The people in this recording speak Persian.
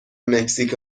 مکزیک